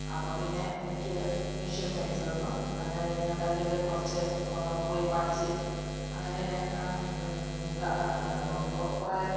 അപ്പം പിന്നെ എനിക്ക് മഷീൻ മേടിച്ചു തന്ന് അങ്ങനെ തന്നെ ഞാൻ തയ്യൽ കുറച്ച് പോയി പഠിച്ച് അങ്ങനെ എന്താ ത കുറേ